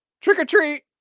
trick-or-treat